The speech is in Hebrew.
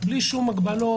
בלי שום הגבלות,